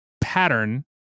pattern